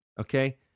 Okay